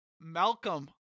Malcolm